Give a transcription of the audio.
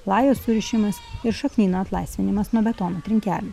lajų surišimas ir šaknyno atlaisvinimas nuo betono trinkelių